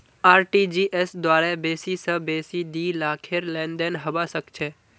RTGS द्वारे बेसी स बेसी दी लाखेर लेनदेन हबा सख छ